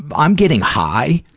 i'm getting high,